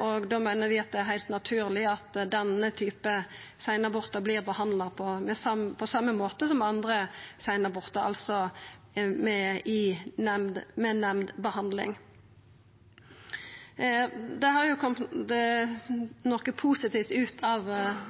og då meiner vi at det er heilt naturleg at denne typen seinabortar vert behandla på same måten som andre seinabortar, altså ved nemndbehandling. Det er kome noko positivt ut av dette representantforslaget. Vi får fleirtal, samrøystes, i to av